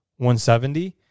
170